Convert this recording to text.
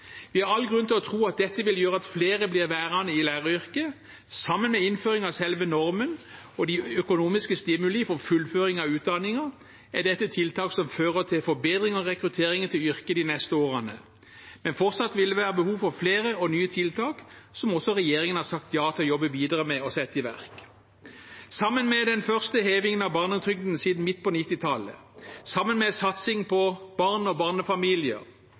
Vi har all grunn til å tro at dette vil gjøre at flere blir værende i læreryrket. Sammen med innføring av selve normen og økonomiske stimuli for fullføring av utdanningen er dette tiltak som fører til forbedring av rekrutteringen til yrket de neste årene. Men fortsatt vil det være behov for flere og nye tiltak, som også regjeringen har sagt ja til å jobbe videre med og sette i verk. Sammen med den første hevingen av barnetrygden siden midt på 1990-tallet og sammen med satsing på barn og barnefamilier